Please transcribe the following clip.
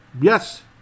Yes